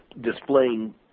displaying